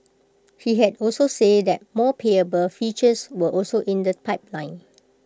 he had also said that more payable features were also in the pipeline